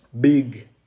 big